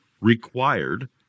required